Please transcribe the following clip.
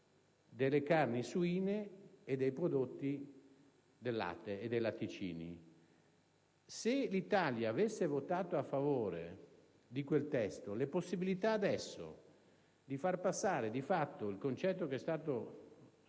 delle carni suine e dei prodotti derivati dal latte. Se l'Italia avesse votato a favore di quel testo le possibilità di far passare, di fatto, il concetto che è stato definito